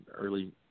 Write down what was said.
early